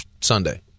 Sunday